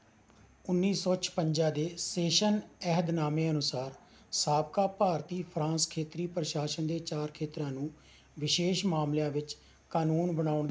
ਉੱਨੀ ਸੌ ਛਪੰਜਾ ਦੇ ਸੈਸ਼ਨ ਅਹਿਦਨਾਮੇ ਅਨੁਸਾਰ ਸਾਬਕਾ ਭਾਰਤੀ ਫਰਾਂਸ ਖੇਤਰੀ ਪ੍ਰਸ਼ਾਸਨ ਦੇ ਚਾਰ ਖੇਤਰਾਂ ਨੂੰ ਵਿਸ਼ੇਸ਼ ਮਾਮਲਿਆਂ ਵਿੱਚ ਕਾਨੂੰਨ ਬਣਾਉਣ ਦੀ ਆਗਿਆ ਹੈ